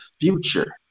future